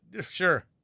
sure